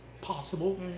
possible